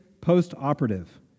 post-operative